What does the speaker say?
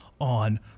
on